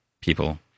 people